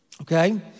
Okay